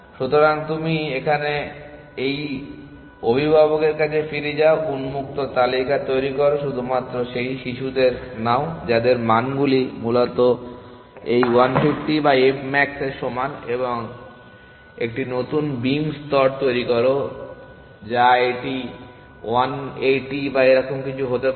সুতরাং তুমি এখানে এই অভিভাবকের কাছে ফিরে যাও উন্মুক্ত তালিকা তৈরি করো শুধুমাত্র সেই শিশুদের নাও যাদের মানগুলি মূলত এই 1 50 বা f max এর সমান এবং একটি নতুন বিম স্তর তৈরি করো যা এটি 1 80 বা এরকম কিছু হতে পারে